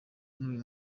n’uyu